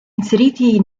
inseriti